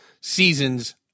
seasons